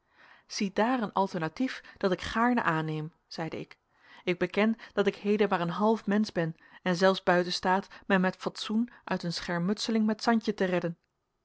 ziedaar een alternatief dat ik gaarne aanneem zeide ik ik beken dat ik heden maar een half mensch ben en zelfs buiten staat mij met fatsoen uit een schermutseling met santje te redden